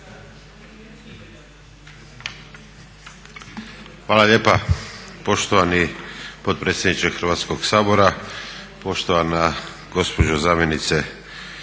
Hvala lijepa poštovani potpredsjedniče Hrvatskoga sabora, poštovana gospođo zamjenice